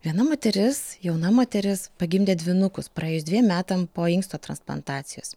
viena moteris jauna moteris pagimdė dvynukus praėjus dviem metam po inksto transplantacijos